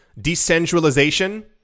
decentralization